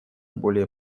более